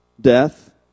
death